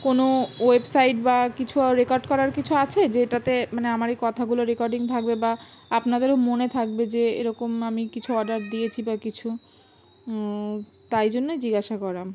কোনো ওয়েবসাইট বা কিছু রেকর্ড করার কিছু আছে যেটাতে মানে আমার এই কথাগুলো রেকর্ডিং থাকবে বা আপনাদেরও মনে থাকবে যে এরকম আমি কিছু অর্ডার দিয়েছি বা কিছু তাই জন্যই জিজ্ঞাসা করা